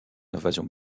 invasions